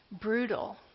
brutal